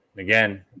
again